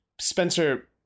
Spencer